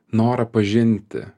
norą pažinti